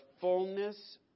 fullness